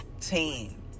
team